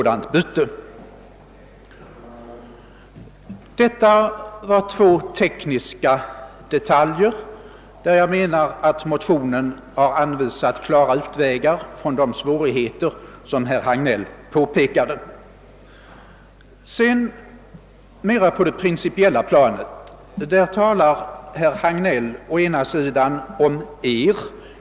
Detta var alltså två tekniska detaljer, beträffande vilka jag anser att motionen har anvisat klara utvägar att komma ifrån de svårigheter som herr Hagnell talade om. Sedan vill jag något beröra frågan på det principiella planet. Herr Hagnell talar om »er».